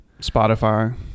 Spotify